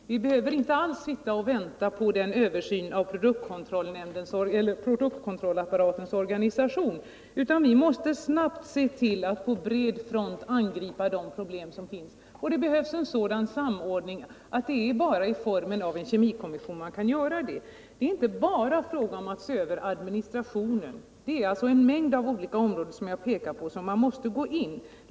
Vi behöver inte alls sitta och vänta på en översyn av produktkontrollapparatens organisation, utan vi måste snabbt på bred front angripa de problem som finns. Det behövs en sådan här samordning, och det är i form av en kemikommission som vi kan göra det. Det är inte endast fråga om att se över administrationen. Man måste gå in på en mängd olika områden som jag pekade på.